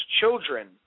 children